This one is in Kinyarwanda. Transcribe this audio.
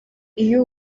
iyo